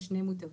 יש שני מוטבים.